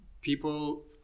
People